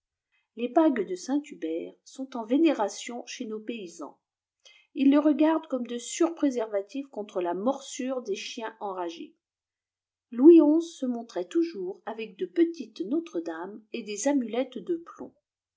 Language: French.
es bagues de saint hubert sont en vénération chet nos paysans ils les regardent comme de silrs préservatifs contre la morsure des chiens enragés louis xi se montrait toujours avec de petites notre dames et des amulettes de plomb